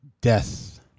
Death